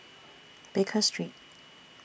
Baker Street